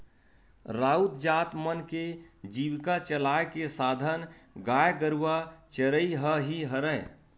राउत जात मन के जीविका चलाय के साधन गाय गरुवा चरई ह ही हरय